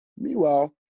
Meanwhile